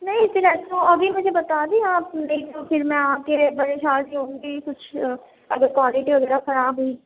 نہیں اِس سے اچھا ابھی مجھے بتا دیں آپ نہیں تو پھر میں آپ کے لیے پریشان سی ہوں گی کچھ اگر کوالٹی وغیرہ خراب ہوئی